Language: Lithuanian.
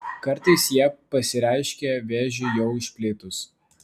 kartais jie pasireiškia vėžiui jau išplitus